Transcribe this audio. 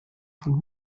von